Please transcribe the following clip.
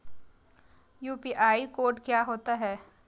UPI code क्या होता है?